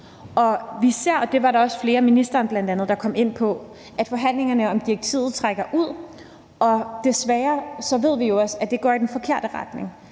Vi ser – og det var der også flere, bl.a. ministeren, der kom ind på – at forhandlingerne om direktivet trækker ud, og desværre ved vi jo også, at det går i den forkerte retning,